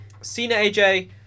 Cena-AJ